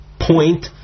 point